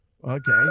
Okay